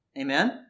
Amen